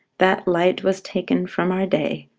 that light was taken from our day,